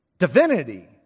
divinity